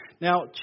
Now